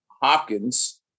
Hopkins